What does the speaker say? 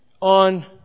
on